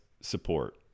support